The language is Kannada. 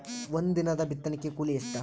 ಒಂದಿನದ ಬಿತ್ತಣಕಿ ಕೂಲಿ ಎಷ್ಟ?